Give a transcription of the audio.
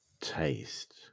taste